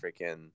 freaking